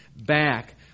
back